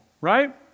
right